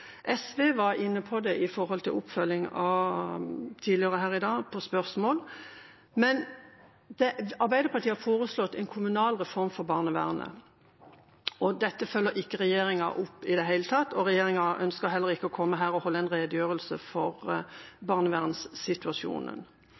SV var inne på det tidligere her i dag, på spørsmål. Arbeiderpartiet har foreslått en kommunalreform for barnevernet. Dette følger ikke regjeringa opp i det hele tatt, og regjeringa ønsker heller ikke å komme her og holde en redegjørelse